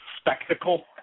spectacle